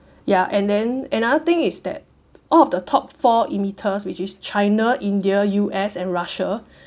ya and then another thing is that all of the top four emitters which is china india U_S and russia